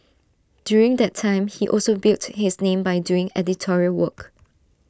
during that time he also built his name by doing editorial work